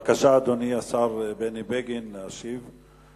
בבקשה, אדוני השר בני בגין, להשיב.